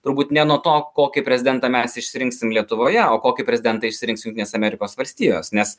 turbūt ne nuo to kokį prezidentą mes išsirinksim lietuvoje o kokį prezidentą išsirinks jungtinės amerikos valstijos nes